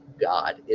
God